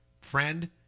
friend